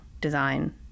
design